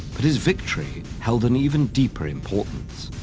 but his victory held an even deeper importance.